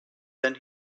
then